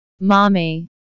Mommy